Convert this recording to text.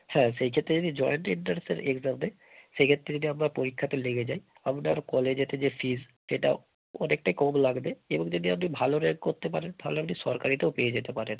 হ্যাঁ সেই চারটে যদি জয়েন্ট এন্ট্রান্সের এক্সাম নেয় সেক্ষেত্রে যদি আপনার পরীক্ষাতে লেগে যায় আপনার কলেজেতে যে ফিস সেটাও অনেকটাই কম লাগবে এবং যদি আপনি ভালো র্যাঙ্ক করতে পারেন তাহলে আপনি সরকারিতেও পেয়ে যেতে পারেন